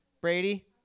Brady